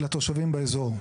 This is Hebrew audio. לתושבים באזור.